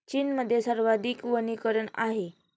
चीनमध्ये सर्वाधिक वनीकरण आहे